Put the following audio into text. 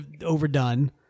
overdone